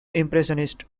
impressionist